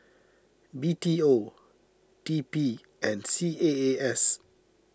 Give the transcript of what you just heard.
B T O T P and C A A S